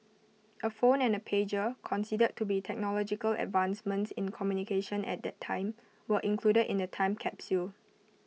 A phone and A pager considered to be technological advancements in communication at that time were included in the time capsule